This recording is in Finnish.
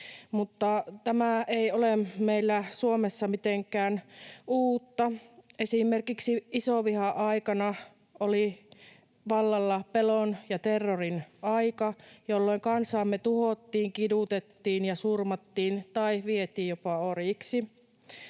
tämä ei ole meillä Suomessa mitenkään uutta. Esimerkiksi isovihan aikana oli vallalla pelon ja terrorin aika, jolloin kansaamme tuhottiin, kidutettiin ja surmattiin tai vietiin jopa orjiksi.